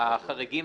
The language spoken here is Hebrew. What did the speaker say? החריגים